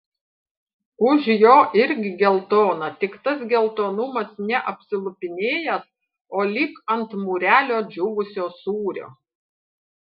už jo irgi geltona tik tas geltonumas ne apsilupinėjęs o lyg ant mūrelio džiūvusio sūrio